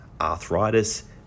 arthritis